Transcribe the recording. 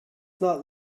not